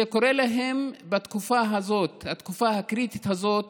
זה קורה להם בעיקר בתקופה הקריטית הזאת